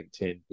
LinkedIn